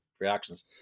Reactions